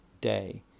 day